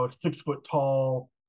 six-foot-tall